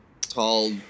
tall